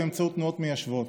באמצעות תנועות מיישבות.